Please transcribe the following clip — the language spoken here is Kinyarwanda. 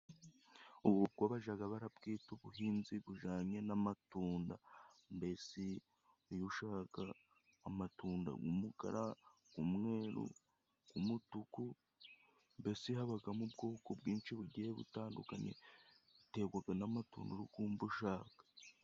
Ubu bwo bajaga barabwita ubuhinzi bujanye n'amatunda mbese y'ushaka amatunda umukara, umweru, umutuku mbese habagamo ubwoko bwinshi bugiye butandukanye biterwaga n'amatunda uri kumva ushaka.